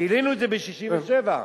בסדר, אני אומר, גילינו את זה ב-67',